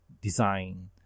design